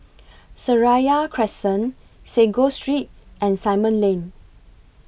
Seraya Crescent Sago Street and Simon Lane